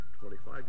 25